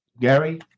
Gary